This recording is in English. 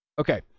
Okay